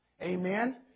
Amen